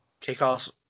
Kick-Ass